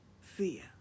Fear